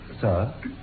sir